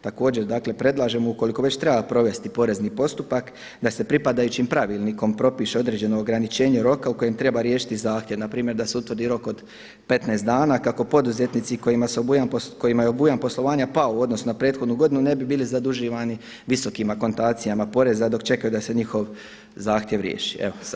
Također predlažemo ukoliko već treba provesti porezni postupak da se pripadajućim pravilnikom propiše određeno ograničenje roka u kojem treba riješiti zahtjev, npr. da se utvrdi rok od 15 dana kako poduzetnici kojima je obujam poslovanja pao u odnosu na prethodnu godinu ne bi bili zaduživani visokim akontacijama poreza dok čekaju da se njihov zahtjev riješi.